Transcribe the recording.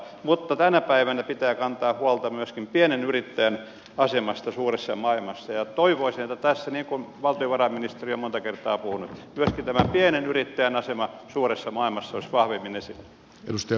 mutta tänä päivänä pitää kantaa huolta myöskin pienen yrittäjän asemasta suuressa maailmassa ja toivoisin että tässä niin kuin valtiovarainministeri on monta kertaa puhunut myöskin pienen yrittäjän asema suuressa maailmassa olisi vahvemmin esillä